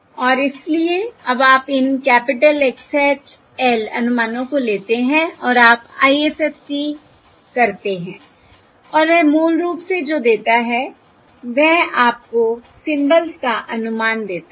और इसलिए अब आप इन कैपिटल X hat l अनुमानों को लेते हैं और आप IFFT करते हैं और वह मूल रूप से जो देता है वह आपको सिंबल्स का अनुमान देता है